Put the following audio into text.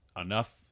enough